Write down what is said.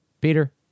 peter